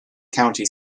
county